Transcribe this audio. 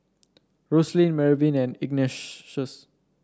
Roselyn Mervyn and Ignatius